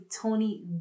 Tony